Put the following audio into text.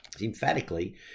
Emphatically